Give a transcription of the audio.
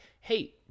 hey